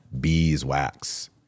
beeswax